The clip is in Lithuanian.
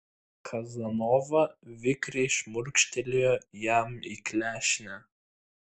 kazanova vikriai šmurkštelėjo jam į klešnę